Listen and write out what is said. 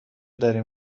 داری